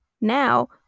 now